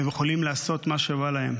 והם יכולים לעשות מה שבא להם